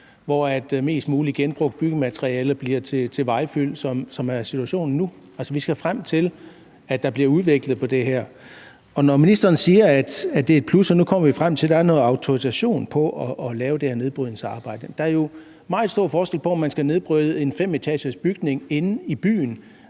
mulig genbrugt byggemateriale bliver til vejfyld, sådan som det er situationen nu. Altså, vi skal frem til, at der bliver udviklet på det her. Ministeren siger, at det er et plus, at vi nu er kommet frem til, at der skal være autorisation på at lave det her nedbrydningsarbejde. Der er jo meget stor forskel på, om man skal nedbryde en femetagers bygning inde i byen